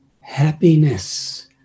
happiness